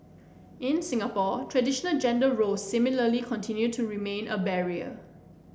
in Singapore traditional gender roles similarly continue to remain a barrier